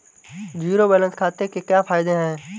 Zero balance खाते के क्या फायदे हैं?